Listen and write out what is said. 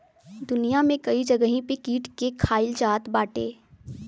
दुनिया में कई जगही पे कीट के खाईल जात बाटे